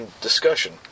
discussion